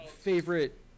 favorite